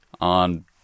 on